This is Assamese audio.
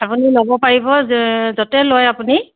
আপুনি ল'ব পাৰিব য'তে লয় আপুনি